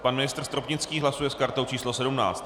Pan ministr Stropnický hlasuje s kartou číslo 17.